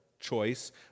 choice